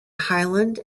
highland